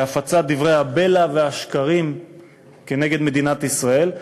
להפצת דברי הבלע והשקרים נגד מדינת ישראל,